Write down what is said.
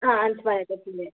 ಹಾಂ ಹಂಚ್ ಮನೆ ಗೊತ್ತಿದೆ